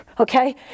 okay